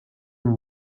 amb